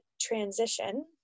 transition